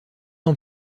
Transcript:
ans